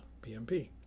PMP